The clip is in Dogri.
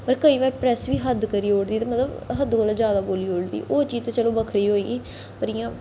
पर केई बार प्रैस बी हद्द करी ओड़दी कि मतलब हद्द कोला ज्यादा बोली ओड़दी ओह् चीज ते चलो बक्खरी होई ही पर इ'यां